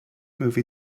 movie